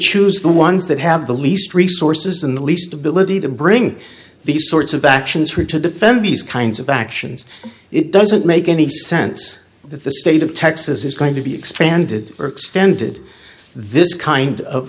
choose the ones that have the least resources in the least ability to bring these sorts of actions or to defend these kinds of actions it doesn't make any sense that the state of texas is going to be expanded or extended this kind of